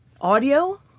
audio